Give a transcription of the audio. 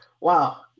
Wow